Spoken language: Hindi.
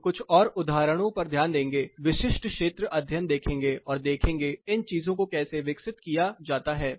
हम कुछ और उदाहरणों पर ध्यान देंगे विशिष्ट क्षेत्र अध्ययन देखेंगे और देखेंगे इन चीजों को कैसे विकसित किया जाता है